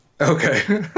Okay